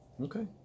Okay